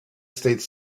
states